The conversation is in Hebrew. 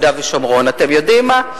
אתם יודעים מה,